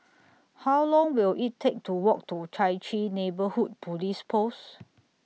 How Long Will IT Take to Walk to Chai Chee Neighbourhood Police Post